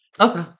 Okay